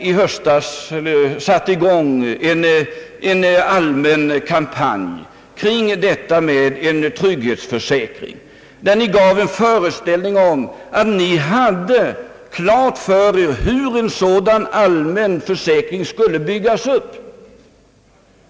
I höstas satte ni i gång en kampanj kring ett förslag om allmän trygghetsförsäkring, och ni gav en föreställning om att ni hade klart för er hur en sådan allmän försäkring skulle byggas upp.